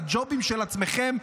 מהג'ובים של עצמכם,